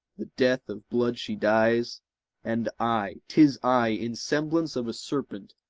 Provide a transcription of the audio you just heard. the death of blood she dies and i, tis i, in semblance of a serpent,